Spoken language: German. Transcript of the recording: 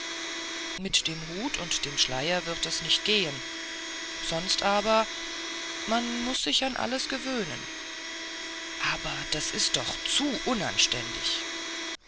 mit dem hut und dem schleier wird es nicht gehen sonst aber man muß sich an alles gewöhnen aber das ist doch zu unanständig